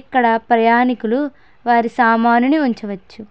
ఇక్కడ ప్రయాణికులు వారి సామానుని ఉంచవచ్చు